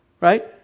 Right